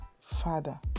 father